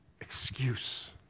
excuse